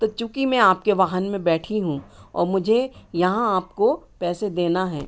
तो चूंकि मैं आपके वाहन में बैठी हूँ और मुझे यहाँ आपको पैसे देना है